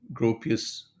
Gropius